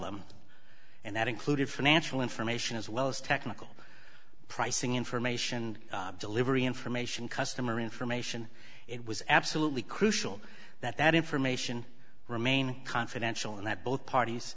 them and that included financial information as well as technical pricing information delivery information customer information it was absolutely crucial that that information remain confidential and that both parties